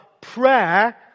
prayer